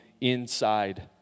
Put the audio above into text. inside